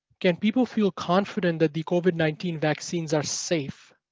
can people feel confident that the covid nineteen vaccines are safe